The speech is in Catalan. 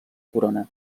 corona